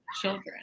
children